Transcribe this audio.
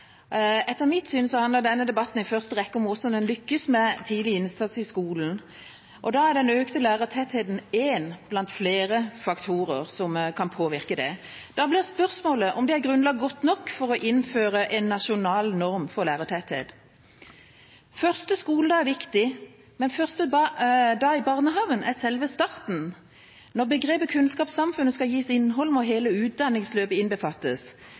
rekke om hvordan en lykkes med tidlig innsats i skolen. Økt lærertetthet er en blant flere faktorer som kan påvirke det. Da blir spørsmålet om det er grunnlag godt nok for å innføre en nasjonal norm for lærertetthet. «Første skoledag er viktig, men første dag i barnehagen er selve starten. Når begrepet kunnskapssamfunnet skal gis innhold må hele utdanningsløpet innbefattes.